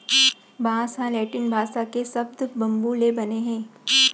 बांस ह लैटिन भासा के सब्द बंबू ले बने हे